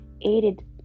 aided